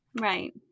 Right